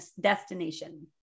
destination